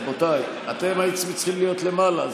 רבותיי, אתם הייתם צריכים להיות למעלה.